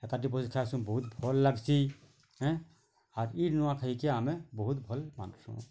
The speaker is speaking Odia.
ଏକାଠି ବସି ଖାସୁଁ ବହୁତ୍ ଭଲ୍ ଲାଗ୍ସି ଏଁ ଆର୍ କେ ନୂଆଖାଇ କେ ଆମେ ବହୁତ୍ ଭଲ୍ ମାନୁଛୁଁ